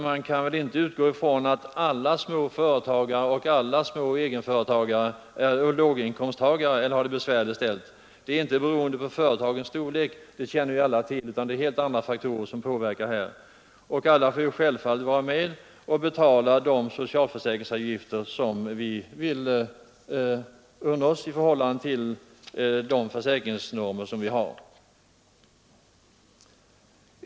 Man kan väl inte utgå från att alla småföretagare och alla egenföretagare är låginkomsttagare och har det besvärligt ställt. Det är inte företagets storlek som är avgörande i det hänseendet utan helt andra faktorer. Alla skall självfallet vara med och betala dessa socialförsäkringsavgifter i förhållande till de normer som gäller.